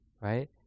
right